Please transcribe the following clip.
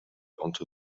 onto